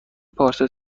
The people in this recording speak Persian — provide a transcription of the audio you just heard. پارچه